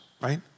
right